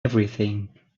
everything